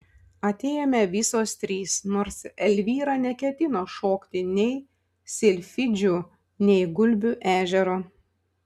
atėjome visos trys nors elvyra neketino šokti nei silfidžių nei gulbių ežero